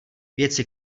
věci